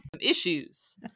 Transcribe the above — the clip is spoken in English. issues